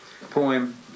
poem